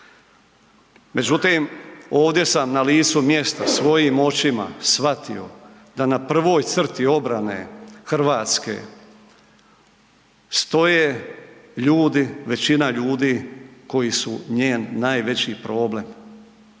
Međutim, ovdje sam na licu mjesta svojim očima shvatio da na prvoj crti obrane Hrvatske stoje ljudi, većina ljudi koji su njen najveći problem.